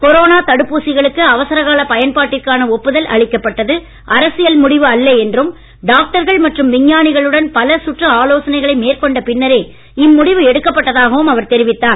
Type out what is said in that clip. corona தடுப்பூசிகளுக்கு அவசரகால பயன்பாட்டிற்கான ஒப்புதல் அளிக்கப்பட்டது அரசியல் முடிவு அல்ல என்றும் டாக்டர்கள் மற்றும் விஞ்ஞானிகளுடன் பல சுற்று பின்னரே இம்முடிவு எடுக்கப்பட்டதாகவும் அவர் தெரிவித்தார்